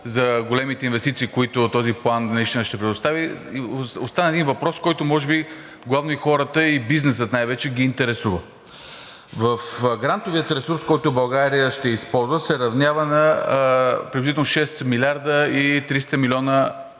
за големите инвестиции, които този план, наистина ще предостави – остана един въпрос, който може би главно и хората, и бизнеса, най-вече ги интересува. В грантовия ресурс, който България ще използва, се равнява на приблизително 6 млрд. 300 млн. евро